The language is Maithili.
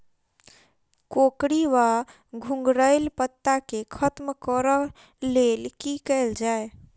कोकरी वा घुंघरैल पत्ता केँ खत्म कऽर लेल की कैल जाय?